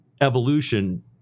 evolution